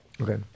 Okay